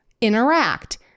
interact